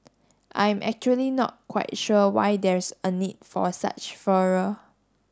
I am actually not quite sure why there's a need for a such furor